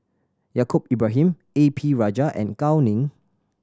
Yaacob Ibrahim A P Rajah and Gao Ning